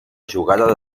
jugada